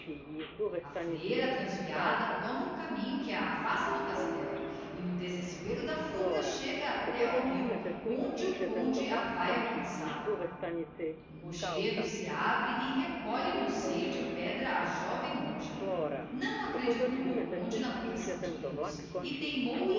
a freira transviada toma um caminho que a afasta do castello e no desespero da fuga chega até ao rio onde o conde a vae alcançado um rochedo se abre e recolhe no seio de pedra a joven monja não acreditou o conde na protecção de deus e teimou